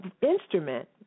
instrument